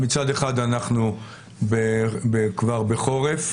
אנחנו כבר בחורף,